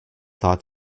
thought